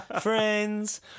Friends